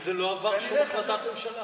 כי זה לא עבר שום החלטת ממשלה.